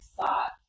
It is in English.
thought